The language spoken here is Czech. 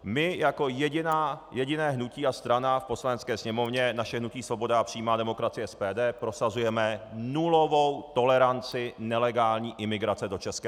My jako jediné hnutí a strana v Poslanecké sněmovně, naše hnutí Svoboda a přímá demokracie SPD, prosazujeme nulovou toleranci nelegální imigrace do ČR.